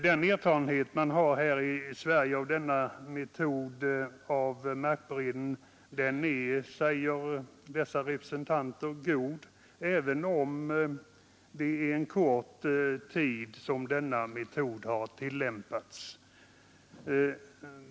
Den erfarenhet man har i Sverige av denna metod för markberedning är, säger dessa representanter, god, även om det är en kort tid som denna metod har tillämpats.